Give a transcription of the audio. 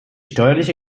steuerliche